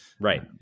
right